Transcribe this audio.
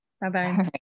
Bye-bye